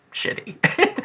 shitty